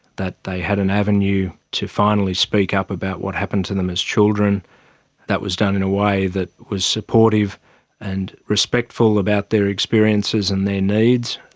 that they had an avenue to finally speak up about what happened to them as children that was done in a way that was supportive and respectful about their experiences and their needs.